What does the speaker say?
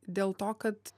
dėl to kad